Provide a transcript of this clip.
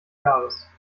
jahres